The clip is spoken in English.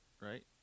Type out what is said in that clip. right